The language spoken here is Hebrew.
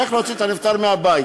צריך להוציא את הנפטר מהבית.